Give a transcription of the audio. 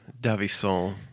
Davison